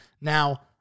Now